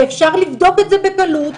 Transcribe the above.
ואפשר לבדוק את זה בקלות,